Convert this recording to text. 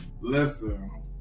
Listen